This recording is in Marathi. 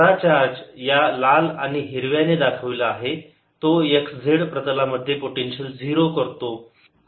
खरा चार्ज या लाल आणि हिरव्या ने दाखविला तो x z प्रतलामध्ये पोटेन्शियल झिरो करतो